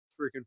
freaking